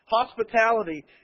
Hospitality